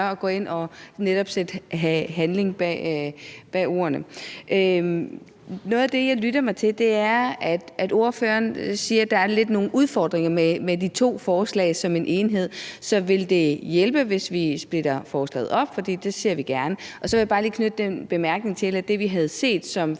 tør gå ind i netop at sætte handling bag ordene. Noget af det, jeg lytter mig til, er, at ordføreren siger, at der lidt er nogle udfordringer med de to forslag som en enhed. Så vil det hjælpe, hvis vi splitter forslaget op? For det gør vi gerne. Så vil jeg bare lige knytte den bemærkning til det, at det, vi havde set som finansiering